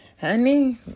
Honey